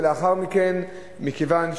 ולאחר מכן, מכיוון שהם,